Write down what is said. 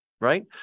right